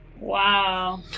Wow